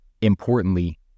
Importantly